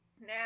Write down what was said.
Now